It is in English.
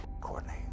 Courtney